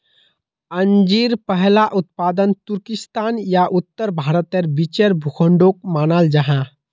अंजीर पहला उत्पादन तुर्किस्तान या उत्तर भारतेर बीचेर भूखंडोक मानाल जाहा